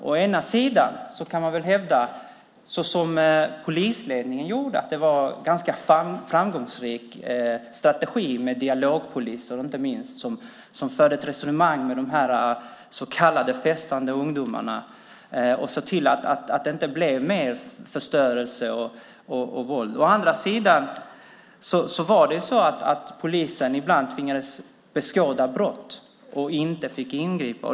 Å ena sidan kan man hävda, som polisledningen gjorde, att det var en ganska framgångsrik strategi, inte minst tack vare dialogpoliserna som förde ett resonemang med de så kallade festande ungdomarna och såg till att det inte blev mer förstörelse och våld. Å andra sidan var det så att polisen ibland tvingades beskåda brott och inte fick ingripa.